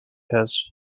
has